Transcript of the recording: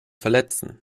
verletzen